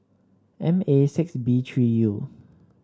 M A six B three U